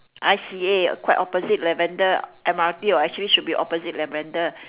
I_C_A quite opposite lavender M_R_T or actually should be opposite lavender